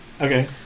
Okay